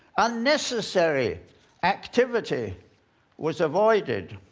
unnecessary activity was avoided.